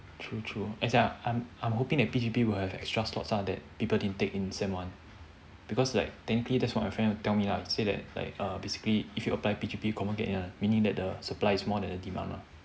true true as in I'm I'm hoping that P_G_P will have extra slots ah that people didn't take in sem one because like technically that's what my friend tell me ah like say that err basically if you apply P_G_P you confirm get in one meaning that the supply more than demand lah